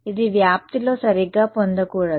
ఇది వ్యాప్తిలో సరిగ్గా పొందకూడదు